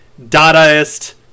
Dadaist